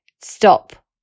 stop